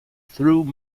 through